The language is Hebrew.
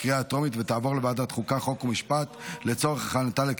לוועדת החוקה, חוק ומשפט נתקבלה.